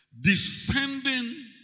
descending